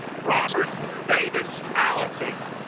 robert davis allison